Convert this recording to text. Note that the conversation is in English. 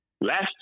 Last